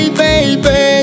baby